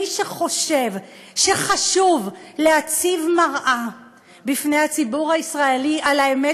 מי שחושב שחשוב להציב מראה בפני הציבור הישראלי על האמת